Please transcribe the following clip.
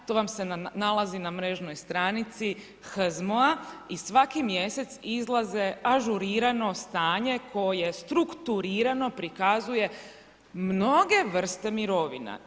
To vam se nalazi na mrežnoj stranici HZMO-a i svaki mjesec izlaze ažurirano stanje koje strukturirano prikazuje mnoge vrste mirovina.